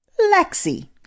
Lexi